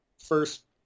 first